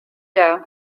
doe